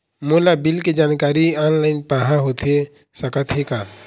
मोला बिल के जानकारी ऑनलाइन पाहां होथे सकत हे का?